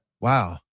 Wow